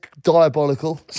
diabolical